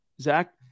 Zach